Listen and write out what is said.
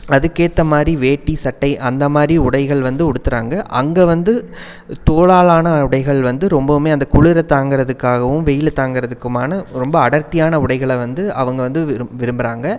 அதுக்கேற்றமாரி வேட்டி சட்டை அந்தமாதிரி உடைகள் வந்து உடுத்தறாங்க அங்கே வந்து தோலால் ஆன உடைகள் வந்து ரொம்பவுமே அந்த குளிரை தாங்குறதுக்காகவும் வெயிலை தாங்குறதுக்குமான ரொம்ப அடர்த்தியான உடைகளை வந்து அவங்க வந்து விரும் விரும்புகிறாங்க